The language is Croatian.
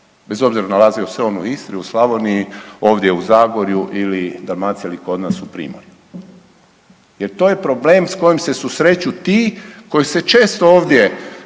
bez obzira nalazio se on u Istri, u Slavoniji, ovdje u Zagorju ili Dalmaciji ili kod nas u Primorju. Jer to je problem s kojim se susreću ti koji se često ovdje